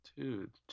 Dude